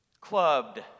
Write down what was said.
clubbed